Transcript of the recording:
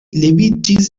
leviĝis